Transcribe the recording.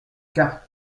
carte